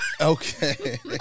Okay